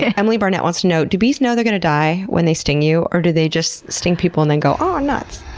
emily barnett wants to know do bees know they're going to die when they sting you or do they just sting people and then go, aw, nuts?